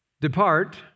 Depart